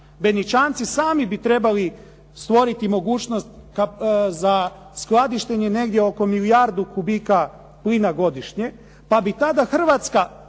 Benićanci sami bi trebali stvoriti mogućnost za skladištenje negdje oko milijardu kubika plina godišnje, pa bi tada Hrvatska